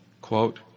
Quote